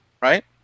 right